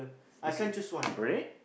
is it red